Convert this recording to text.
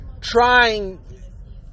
trying